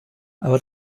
aber